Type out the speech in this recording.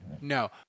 No